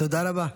תודה רבה.